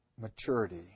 maturity